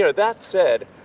that said,